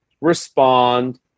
respond